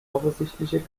offensichtlichen